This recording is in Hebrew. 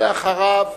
ואחריו,